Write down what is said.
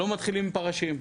לא מתחילים עם פרשים,